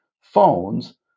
phones